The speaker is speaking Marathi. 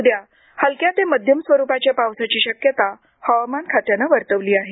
उद्या हलक्या ते मध्यम स्वरुपाच्या पावसाची शक्यता हवामान खात्यानं वर्तवली आहे